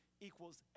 equals